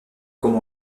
comme